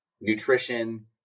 nutrition